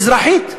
אזרחית.